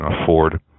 afford